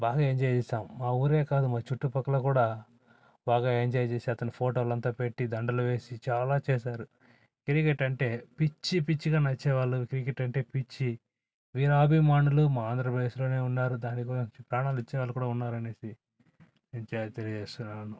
బాగా ఎంజాయ్ చేసాం మా ఊరే కాదు మా చుట్టుపక్కల కూడా బాగా ఎంజాయ్ చేసి అతని ఫోటోలు అంతా పెట్టి దండలు వేసి చాలా చేశారు క్రికెట్ అంటే పిచ్చి పిచ్చిగా నచ్చేవాళ్లు క్రికెట్ అంటే పిచ్చి వీరాభిమానులు మా ఆంధ్రప్రదేశ్లోనే ఉన్నారు దానికోసం ప్రాణాలు ఇచ్చే వారు కూడా ఉన్నారు అనేసి నేను తెలియచేస్తున్నాను